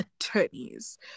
attorneys